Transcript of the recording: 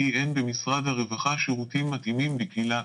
כי אין במשרד הרווחה שירותים מתאימים לקהילה.